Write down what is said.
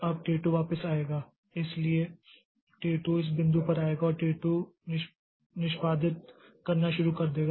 अब T 2 वापस आएगा इसलिए T 2 इस बिंदु पर आएगा और T 2 निष्पादित करना शुरू कर देगा